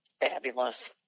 fabulous